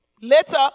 later